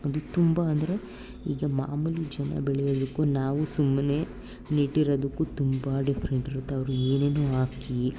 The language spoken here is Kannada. ಅದು ತುಂಬ ಅಂದರೆ ಈಗ ಮಾಮೂಲಿ ಜನ ಬೆಳೆಯೋದಕ್ಕೂ ನಾವು ಸುಮ್ಮನೆ ನೆಟ್ಟಿರೋದಕ್ಕೂ ತುಂಬ ಡಿಫ್ರೆಂಟ್ ಇರುತ್ತೆ ಅವ್ರು ಏನೇನೋ ಹಾಕಿ